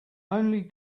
only